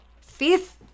fifth